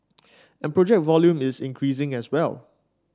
and project volume is increasing as well